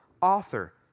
Author